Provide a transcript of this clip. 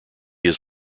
his